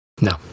No